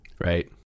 right